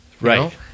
Right